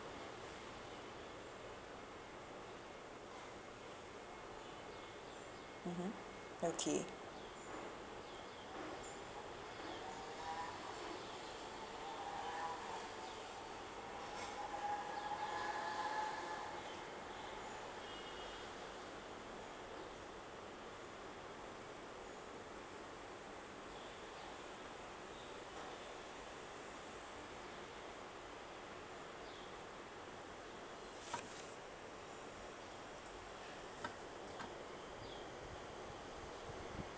mmhmm okay